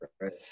Right